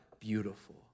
beautiful